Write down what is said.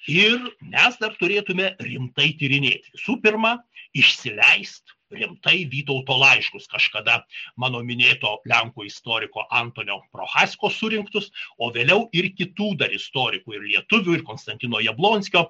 ir mes dar turėtume rimtai tyrinėti visų pirma išsileist rimtai vytauto laiškus kažkada mano minėto lenkų istoriko antonio prochackos surinktus o vėliau ir kitų istorikų ir lietuvių ir konstantino jablonskio